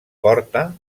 porta